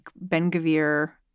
Ben-Gavir